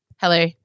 Hello